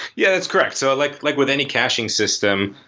yeah, that's correct. so like like with any caching system,